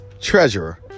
treasurer